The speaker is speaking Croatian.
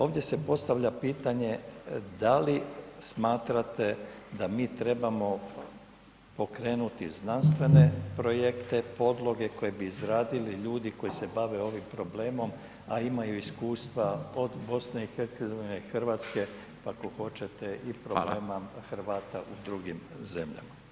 Ovdje se postavlja pitanje da li smatrate da mi trebamo pokrenuti znanstvene projekte, podloge koje bi izradili ljudi koji se bave ovim problemom, a imaju iskustva od BiH, RH, pa ako hoćete i [[Upadica: Hvala]] problema Hrvata u drugim zemljama.